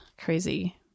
crazy